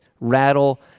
rattle